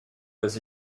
was